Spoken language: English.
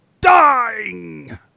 dying